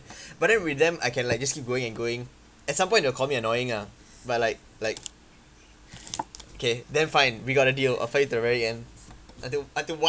but then with them I can like just keep going and going at some point they'll call me annoying lah but like like okay then fine we got a deal I'll fight you to the very end until until one